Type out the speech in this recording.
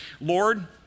Lord